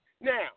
Now